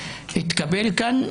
התקבל כאן,